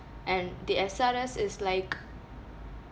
and the S_R_S is like